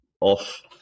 off